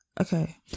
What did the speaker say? okay